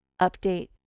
update